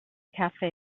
cafe